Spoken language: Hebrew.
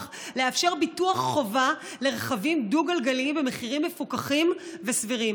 לאפשר ביטוח חובה לרכבים דו-גלגליים במחירים מפוקחים וסבירים.